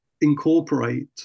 incorporate